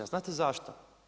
A znate zašto?